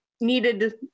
needed